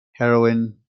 heroine